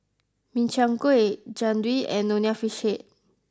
Min Chiang Kueh Jian Dui and Nonya Fish Head